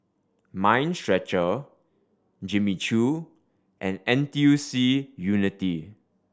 Mind Stretcher Jimmy Choo and N T U C Unity